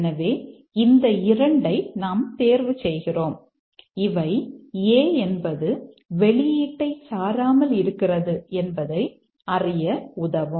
எனவே இந்த 2 ஐ நாம் தேர்வு செய்கிறோம் இவை A என்பது வெளியீட்டை சாராமல் இருக்கிறது என்பதை அறிய உதவும்